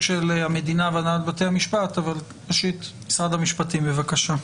התייחסות משרד המשפטים, בבקשה.